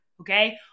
Okay